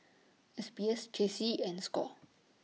S B S J C and SCORE